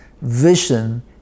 Vision